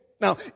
Now